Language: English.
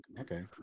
okay